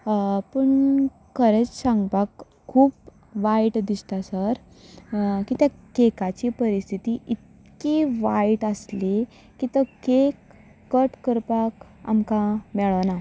पूण खरेंच सांगपाक खूब वायट दिसता सर किद्याक केकाची परिस्थिती ती इतकी वायट आसली की तो केक कट करपाक आमकां मेळोना